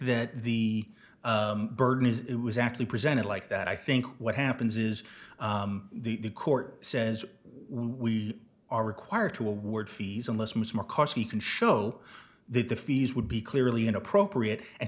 that the burden is it was actually presented like that i think what happens is the court says we are required to award fees unless we can show that the fees would be clearly inappropriate and